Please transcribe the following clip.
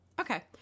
okay